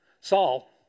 Saul